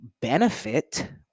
benefit